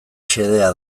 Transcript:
xedea